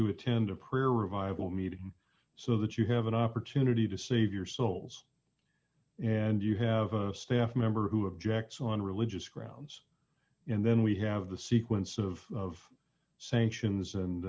to attend a prayer revival meeting so that you have an opportunity to save your souls and you have a staff member who objects on religious grounds and then we have the sequence of sanctions and